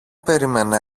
περίμενε